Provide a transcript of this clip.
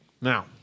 Now